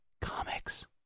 Comics